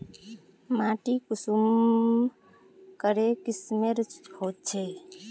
माटी कुंसम करे किस्मेर होचए?